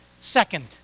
second